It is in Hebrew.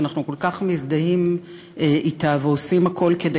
שאנחנו כל כך מזדהים אתה ועושים הכול כדי